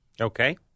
Okay